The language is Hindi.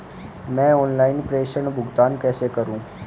मैं ऑनलाइन प्रेषण भुगतान कैसे करूँ?